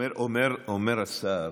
אומר השר,